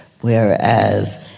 whereas